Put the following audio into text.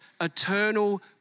eternal